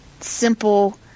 simple